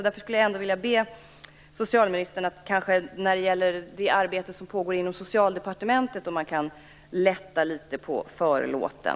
Därför skulle jag vilja be socialministern att vad gäller det arbete som pågår inom Socialdepartementet lätta litet på förlåten.